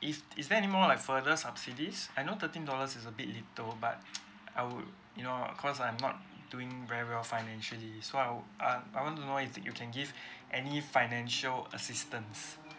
is is there any more like further subsidies I know thirteen dollars is a bit little but I would you know cause I'm not doing very well financially so I would uh I want to know if that you can give any financial assistance